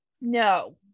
No